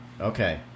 Okay